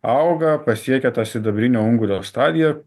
auga pasiekia tą sidabrinio ungurio stadiją